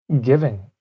giving